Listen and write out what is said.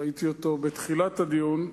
ראיתי אותו בתחילת הדיון,